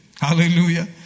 Hallelujah